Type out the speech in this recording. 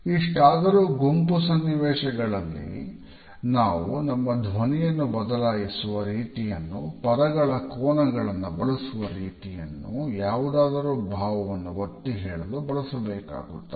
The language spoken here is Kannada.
ಇಷ್ಟಾದರೂ ಗುಂಪು ಸನ್ನಿವೇಶಗಳಲ್ಲಿ ನಾವು ನಮ್ಮ ಧ್ವನಿಯನ್ನು ಬದಲಾಯಿಸುವ ರೀತಿಯನ್ನು ಪದಗಳ ಕೋನಗಳನ್ನ ಬಳಸುವ ರೀತಿಯನ್ನು ಯಾವುದಾದರು ಭಾವವನ್ನು ಒತ್ತಿ ಹೇಳಲು ಬಳಸಬೇಕಾಗುತ್ತದೆ